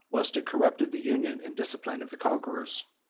whilst it corrupted the union and discipline of the conquerors.